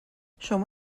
شما